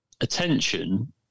attention